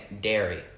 dairy